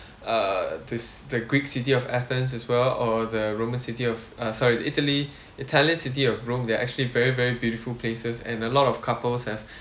err this the greek city of athens as well or the roman city of uh sorry italy italian city of rome they're actually very very beautiful places and a lot of couples have